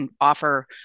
offer